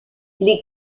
les